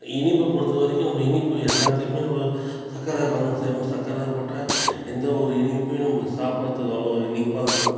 இனிப்ப பொறுத்த வரைக்கும் நம்ப இனிப்பு எல்லாத்துக்குமே ஒரு சக்கரை கலந்து செய்யறோமா சக்கரை போட்டால் எந்த ஒரு இனிப்பையும் நம்ப சாப்புடுறதுக்கு அவ்வளோக ஒரு இனிப்பாக இருக்கும்